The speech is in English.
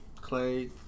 Clay